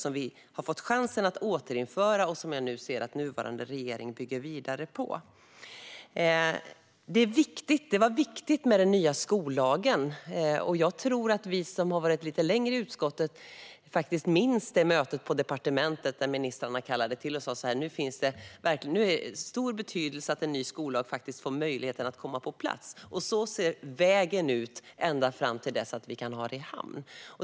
Detta har vi nu fått chansen att återinföra, och jag ser att nuvarande regering bygger vidare på det. Det var viktigt med den nya skollagen, och jag tror att vi som har suttit lite längre i utskottet faktiskt minns det möte på departementet som ministrarna kallade till. De sa då: Nu är det av stor betydelse att en ny skollag faktiskt får möjlighet att komma på plats, och så här ser vägen ut ända fram till att vi kan ha det i hamn.